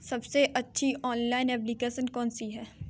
सबसे अच्छी online application कौन सी है?